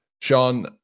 sean